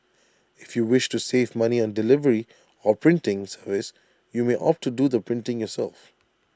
if you wish to save money on delivery or printing service you may opt to do the printing yourself